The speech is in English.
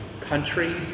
country